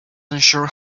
unsure